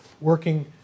working